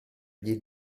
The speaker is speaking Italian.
gli